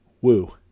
woo